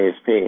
ASP